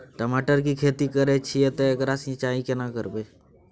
टमाटर की खेती करे छिये ते एकरा सिंचाई केना करबै?